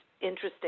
interesting